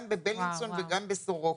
גם בבילינסון וגם בסורוקה.